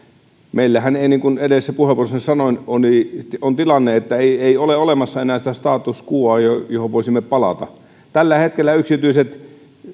meillähän niin kuin edellisessä puheenvuorossani sanoin on tilanne että ei ole olemassa enää sitä status quoa johon voisimme palata tällä hetkellä yksityiset